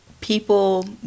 people